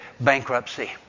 bankruptcy